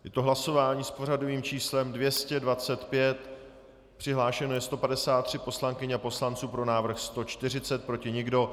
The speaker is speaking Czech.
Je to hlasování s pořadovým číslem 225, přihlášeno je 153 poslankyň a poslanců, pro návrh 140, proti nikdo.